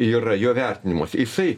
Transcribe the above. yra jo vertinimuos jisai